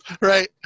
Right